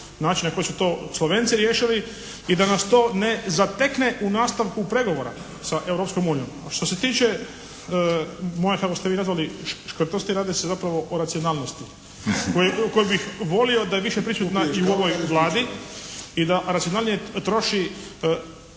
način na koji su to Slovenci riješili i da nas to ne zatekne u nastavku pregovora sa Europskom unijom. A što se tiče moje kako ste vi nazvali škrtosti, radi se zapravo o racionalnosti koju bih volio da je više priče i u ovoj Vladi i da racionalnije troši